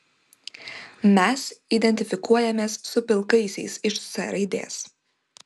mes identifikuojamės su pilkaisiais iš c raidės